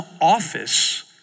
office